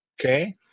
Okay